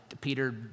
Peter